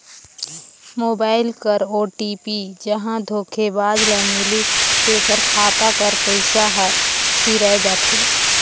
mobile कर OTP जहां धोखेबाज ल मिलिस तेकर खाता कर पइसा हर सिराए जाथे